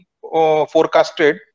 forecasted